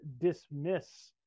dismiss